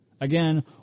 Again